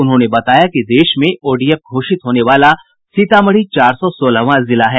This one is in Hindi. उन्होंने बताया कि देश में ओडीएफ घोषित होने वाला सीतामढ़ी चार सौ सोलहवां जिला है